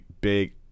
big